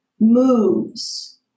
moves